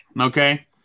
okay